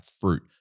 fruit